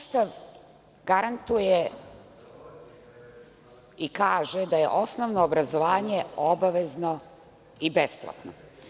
Naš Ustav garantuje i kaže da je osnovno obrazovanje obavezno i besplatno.